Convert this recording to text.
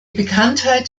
bekanntheit